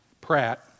Pratt